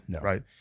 right